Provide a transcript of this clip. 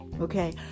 okay